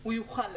הוא יוכל לאפשר.